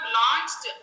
launched